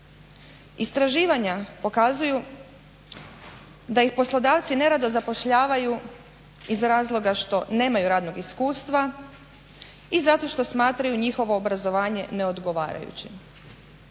Istraživanja pokazuju da ih poslodavci nerado zapošljavaju iz razloga što nemaju radnog iskustva i zato što smatraju njihovo obrazovanje neodgovarajućim,